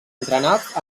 entrenats